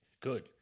Good